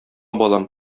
балам